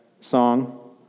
song